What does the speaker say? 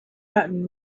gotten